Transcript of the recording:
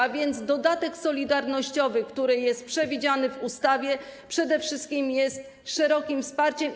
A więc dodatek solidarnościowy, który jest przewidziany w ustawie, przede wszystkim jest szerokim wsparciem.